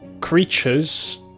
creatures